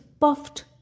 puffed